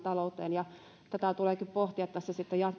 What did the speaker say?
yhdeksänsataatuhatta niin se sitten jatkovalmistelussa ja